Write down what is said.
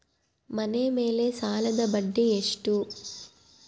ಮನೆ ಮೇಲೆ ಸಾಲದ ಬಡ್ಡಿ ಎಷ್ಟು?